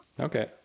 Okay